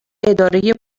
اداره